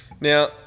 now